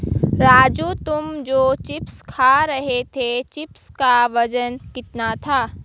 राजू तुम जो चिप्स खा रहे थे चिप्स का वजन कितना था?